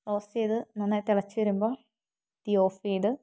roast ചെയ്ത് നന്നായി തിളച്ചു വരുമ്പം തീ ഓഫ് ചെയ്ത്